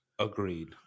agreed